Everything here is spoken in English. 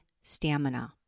stamina